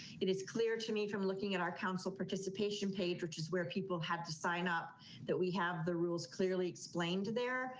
it is clear to me from looking at our council participation page, which is where people have to sign up that we have the rules clearly explained there,